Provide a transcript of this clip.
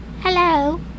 Hello